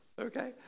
Okay